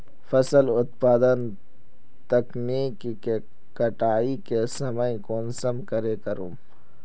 फसल उत्पादन तकनीक के कटाई के समय कुंसम करे करूम?